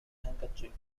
handkerchiefs